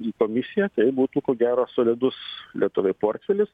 į komisiją tai būtų ko gero solidus lietuviui portfelis